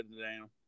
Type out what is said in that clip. down